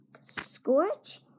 Scorch